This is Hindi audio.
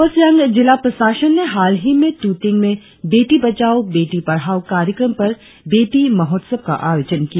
अपर सियांग जिला प्रशासन ने हाल ही में तुतिंग में बेटी बचाओं बेटी पढ़ाओं कार्यक्रम पर बेटी महोत्सव का आयोजन किया